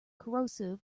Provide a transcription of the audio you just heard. corrosive